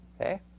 Okay